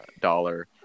dollar